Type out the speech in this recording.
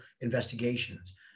investigations